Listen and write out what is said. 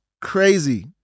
crazy